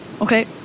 okay